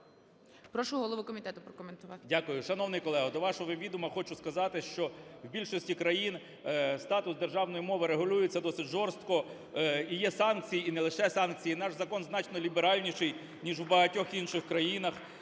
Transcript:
Прошу голову комітету прокоментувати.